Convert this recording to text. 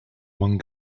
one